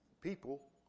people